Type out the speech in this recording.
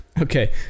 Okay